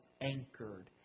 anchored